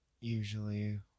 Usually